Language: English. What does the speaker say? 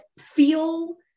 feel